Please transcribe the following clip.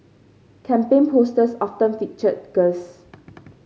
campaign posters often featured girls